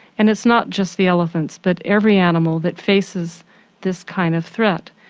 and it's not just the elephants, but every animal that faces this kind of threat.